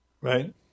Right